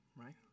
right